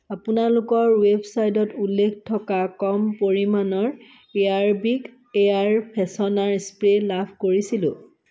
আপোনালোকৰ ৱেবচাইটত উল্লেখ থকা কম পৰিমাণৰ এয়াৰৱিক এয়াৰ ফ্ৰেছনাৰ স্প্ৰে লাভ কৰিছিলোঁ